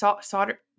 solder